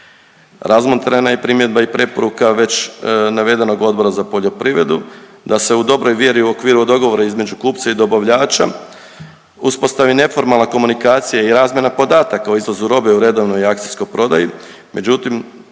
Razmotrena je primjedba i preporuka već navedenog Odbora za poljoprivredu da se u dobroj vjeri u okviru dogovora između kupca i dobavljača uspostavi neformalna komunikacija i razmjena podataka o izvozu robe u redovnoj akcijskoj prodaji, međutim